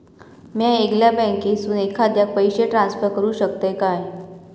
म्या येगल्या बँकेसून एखाद्याक पयशे ट्रान्सफर करू शकतय काय?